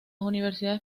universidades